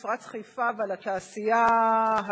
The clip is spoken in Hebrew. כי ועדת הכלכלה תדון בהצעה לסדר-היום